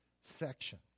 section